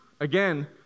again